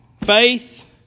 faith